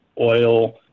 oil